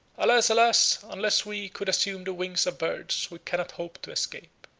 alas, alas! unless we could assume the wings of birds, we cannot hope to escape.